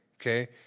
okay